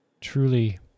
Truly